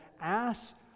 ask